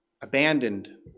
abandoned